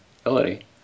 ability